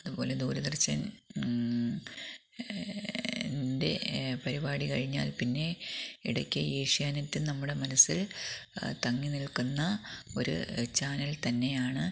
അതുപോലെ ദൂരദര്ശന് എന്റെ പരിപാടി കഴിഞ്ഞാല് പിന്നെ ഇടയ്ക്ക് ഏഷ്യാനെറ്റും നമ്മുടെ മനസ്സില് തങ്ങിനില്ക്കുന്ന ഒരു ചാനല് തന്നെയാണ്